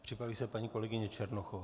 Připraví se paní kolegyně Černochová.